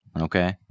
Okay